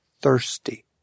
thirsty